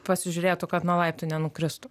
pasižiūrėtų kad nuo laiptų nenukristų